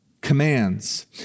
commands